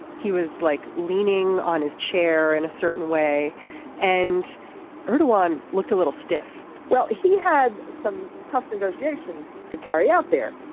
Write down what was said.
he was like leaning on his chair in a certain way and erdogan looked a little stiff well he had some tough negotiations to carry out there.